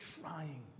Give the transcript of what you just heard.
trying